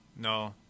No